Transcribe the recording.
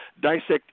dissect